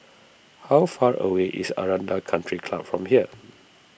how far away is Aranda Country Club from here